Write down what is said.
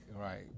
right